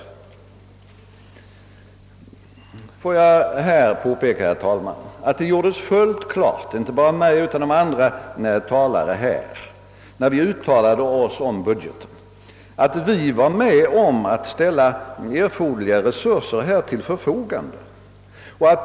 Jag ber därför att få påpeka, herr talman, att det gjordes fullt klart, inte bara av mig utan även av andra talare här när vi uttalade oss om budgeten, att vi var med om att ställa erforderliga resurser till förfogande.